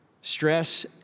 stress